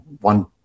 one